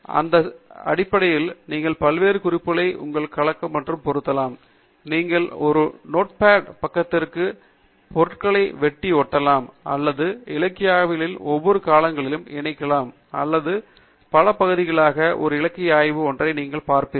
இந்த வடிவமைப்பு நீங்கள் வெவ்வேறு குறிப்புகளை உங்களை கலக்க மற்றும் பொருத்தலாம் நீங்கள் ஒரு நோட் பேட் பதிப்பகத்திற்கு பொருட்களை வெட்டி ஒட்டலாம் உங்கள் இலக்கிய ஆய்வுகளில் வெவ்வேறு காலங்களில் இணைக்கலாம் அல்லது பல பகுதிகளாக ஒரு இலக்கிய ஆய்வு ஒன்றை நீங்கள் பிரிப்பீர்கள்